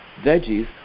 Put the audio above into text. veggies